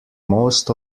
most